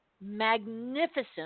magnificent